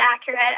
accurate